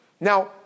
Now